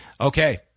okay